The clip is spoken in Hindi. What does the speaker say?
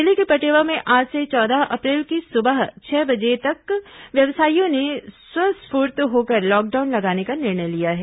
जिले के पटेवा में आज से चौदह अप्रैल की सुबह छह बजे तक व्यवसायियों ने स्वःस्फूर्त होकर लॉकडाउन लगाने का निर्णय लिया है